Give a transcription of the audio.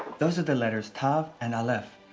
those are the letters tav and alaph,